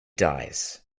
dies